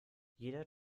jeder